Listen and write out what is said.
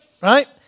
right